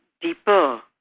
deeper